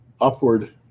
upward